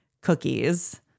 cookies